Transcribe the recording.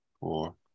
four